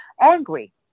angry